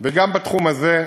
וגם בתחום הזה,